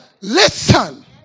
listen